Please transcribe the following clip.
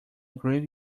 grave